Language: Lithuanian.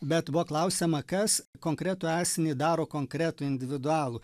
bet buvo klausiama kas konkretų asmenį daro konkretų individualų